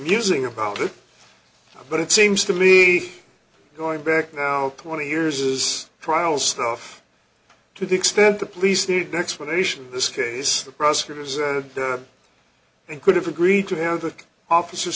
musing about it but it seems to me going back now twenty years is trial stuff to the extent the police need explanation this case the prosecutors and could have agreed to have the officer